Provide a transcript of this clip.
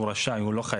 הוא רשאי, הוא לא חייב.